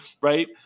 Right